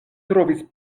trovis